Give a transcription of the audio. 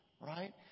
right